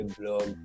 blog